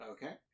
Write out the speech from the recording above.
Okay